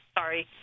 sorry